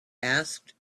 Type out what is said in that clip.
asked